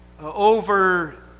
over